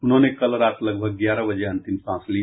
उन्होंने कल रात लगभग ग्यारह बजे अंतिम सांस ली